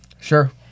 Sure